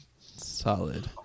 Solid